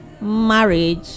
marriage